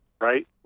right